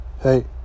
hey